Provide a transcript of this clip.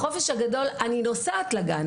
בחופש הגדול אני נוסעת לגן,